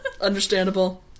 Understandable